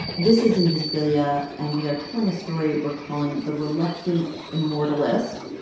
this is invisibilia, and we are telling a story we're calling the reluctant immortalist.